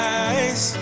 eyes